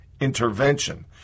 intervention